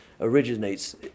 originates